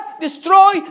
destroy